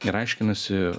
ir aiškinasi